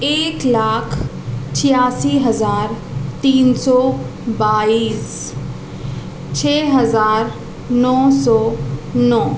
ایک لاکھ چھیاسی ہزار تین سو بائیس چھ ہزار نو سو نو